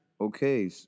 Okay